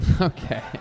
Okay